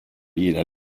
gillar